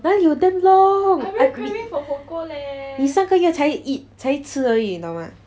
哪里有 damn long 你上个月才 eat 才吃而已你懂吗